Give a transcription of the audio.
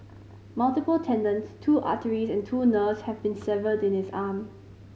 multiple tendons two arteries and two nerves had been severed in his arm